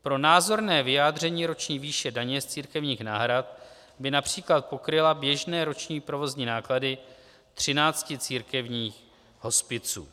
Pro názorné vyjádření: Roční výše daně z církevních náhrad by například pokryla běžné roční provozní náklady třinácti církevních hospiců.